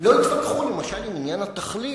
לא התווכחו, למשל, עם עניין התכלית.